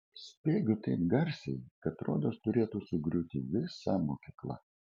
spiegiu taip garsiai kad rodos turėtų sugriūti visa mokykla